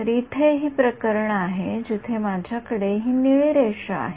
तर इथे ही प्रकरण आहे जीथे माझ्याकडे हि निळी रेषा आहे